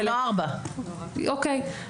זה לא 16:00. אוקיי.